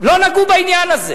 לא נגעו בעניין הזה.